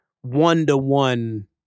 one-to-one